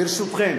ברשותכם,